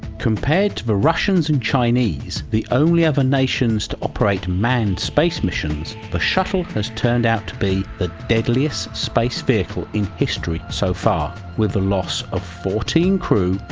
compared to the russians and chinese, the only other nations to operate manned space missions the shuttle has turned out to be the deadliest space vehicle in history so far with the loss of fourteen crew,